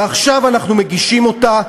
ועכשיו אנחנו מגישים אותה,